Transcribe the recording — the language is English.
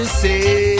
say